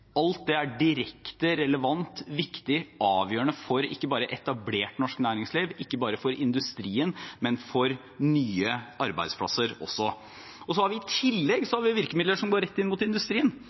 Alt dette er direkte relevant, viktig og avgjørende ikke bare for etablert norsk næringsliv, ikke bare for industrien, men også for nye arbeidsplasser. I tillegg har vi virkemidler som går rett inn mot industrien.